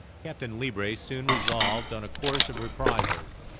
captain leebrace soon resolved on a course of reprisals.